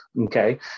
Okay